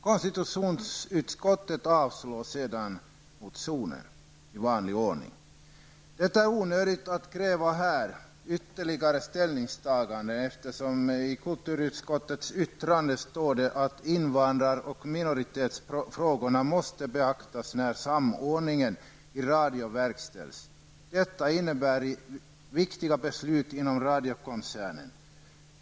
Konstitutionsutskottet avstyrker sedan motionen i vanlig ordning. Det är onödigt att här kräva att man ytterligare tar ställning, eftersom det i kulturutskottets yttrande står att invandrar och minoritetsfrågorna måste beaktas när samordningen i radio verkställs. Detta innebär viktiga beslut inom radiokoncernen.